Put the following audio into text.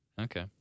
Okay